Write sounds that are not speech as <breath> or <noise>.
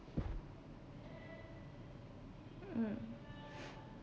mm <breath>